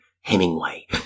Hemingway